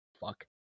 fuck